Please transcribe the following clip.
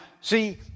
see